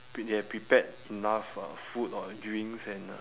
they have prepared enough uh food or drinks and uh